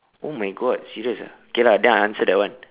oh my god serious ah K lah then I answer that one